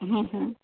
હં હં